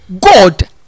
God